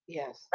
Yes